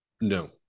No